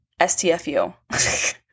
STFU